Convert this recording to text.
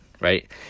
right